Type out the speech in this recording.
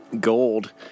gold